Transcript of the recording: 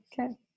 okay